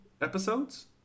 episodes